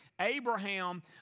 Abraham